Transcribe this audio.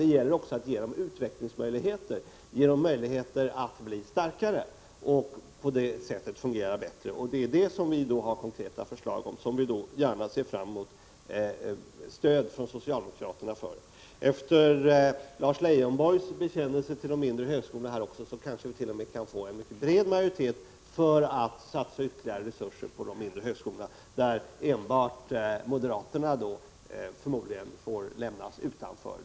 Det gäller också att ge dem utvecklingsmöjligheter, ge dem möjligheter att bli starkare och på det sättet fungera bättre. Det är om detta vi har konkreta förslag, och vi ser gärna fram mot stöd från socialdemokraterna. Efter Lars Leijonborgs bekännelse till de mindre högskolornas fördel kanske vi t.o.m. kan få en mycket bred majoritet för att satsa ytterligare resurser på de mindre högskolorna, där enbart moderaterna förmodligen får lämnas utanför.